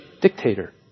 Dictator